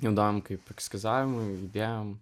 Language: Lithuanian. naudojom kaip eskizavimui idėjom